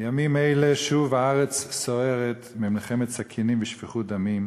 בימים אלה שוב הארץ סוערת ממלחמת סכינים ושפיכות דמים.